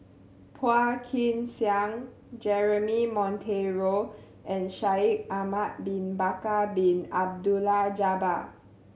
Phua Kin Siang Jeremy Monteiro and Shaikh Ahmad Bin Bakar Bin Abdullah Jabbar